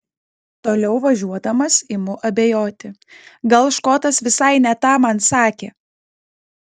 toliau važiuodamas imu abejoti gal škotas visai ne tą man sakė